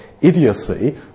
idiocy